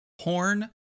horn